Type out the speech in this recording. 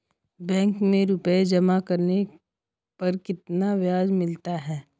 Bank में रुपये जमा करने पर कितना ब्याज मिलता है?